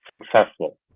successful